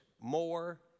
more